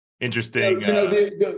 interesting